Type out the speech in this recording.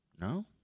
No